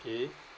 K